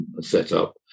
setup